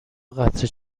قطره